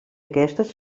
aquestes